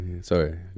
sorry